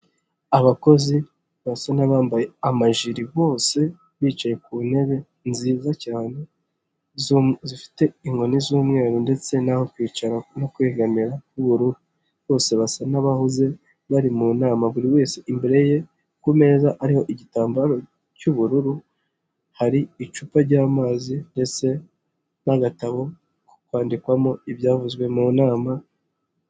Abakozi basoa n' bambaye amajire bose bicaye ku ntebe nziza cyane zifite inkoni z'umweru ndetse naho kwicara no kwegamira h'ubururu, bose basa nabahuze bari mu nama buri wese imbere ye ku meza ariho igitambaro cy'ubururu hari icupa ryamazi ndetse n'agatabo ko kwandikwamo ibyavuzwe mu nama.